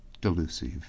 delusive